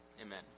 Amen